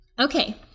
Okay